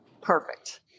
Perfect